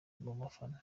bafana